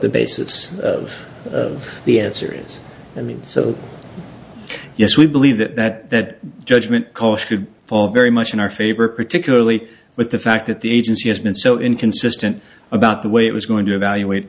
the basis of the answer is i mean so yes we believe that judgment call should fall very much in our favor particularly with the fact that the agency has been so inconsistent about the way it was going to evaluate